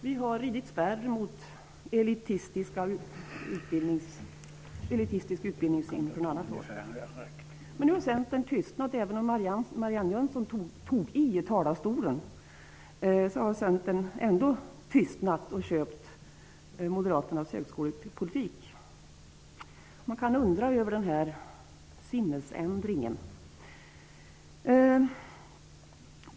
Vi har ridit spärr mot elitistisk utbildningssyn på annat håll. Även om Marianne Jönsson tog i när hon var i talarstolen, har Centern ändå tystnat och köpt Moderaternas högskolepolitik. Man kan undra över den sinnesändringen.